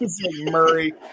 Murray